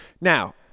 Now